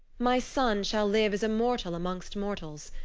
my son shall live as a mortal amongst mortals.